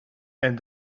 and